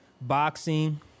boxing